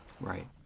Right